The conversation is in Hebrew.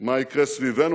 מה יקרה סביבנו.